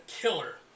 killer